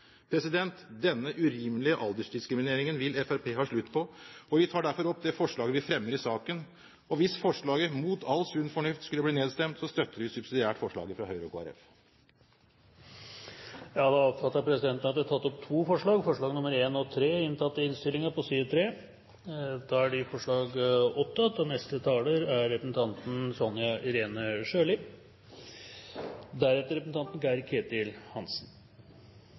Denne urimelige aldersdiskrimineringen vil Fremskrittspartiet har slutt på, og vi tar derfor opp det forslaget vi fremmer i saken. Hvis forslaget mot all sunn fornuft skulle bli nedstemt, støtter vi subsidiært forslaget fra Høyre og Kristelig Folkeparti. Da oppfatter presidenten det slik at representanten Jon Jæger Gåsvatn har tatt opp to forslag, forslagene nr. 1 og